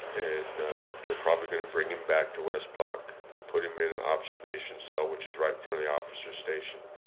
and they're probably going to bring him back to west block and put him in an observation cell, which is right from the officer's station.